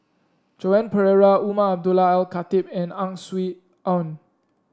Joan Pereira Umar Abdullah Al Khatib and Ang Swee Aun